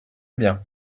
bien